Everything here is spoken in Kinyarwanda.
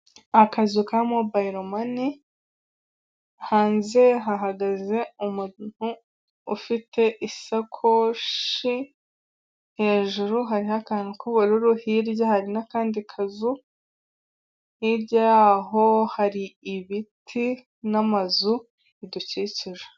Akazu ka mobayolomane hanze hahagaze umuntu ufite isakoshi hejuru hari akantu k'ubururu hirya hari n'akandi kazu hirya yho hari ibiti n'amazu bidukikije.